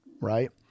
right